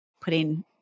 putting